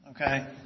Okay